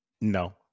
no